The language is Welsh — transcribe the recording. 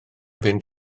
fynd